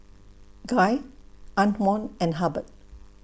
Guy Antwon and Hubbard